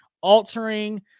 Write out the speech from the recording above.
altering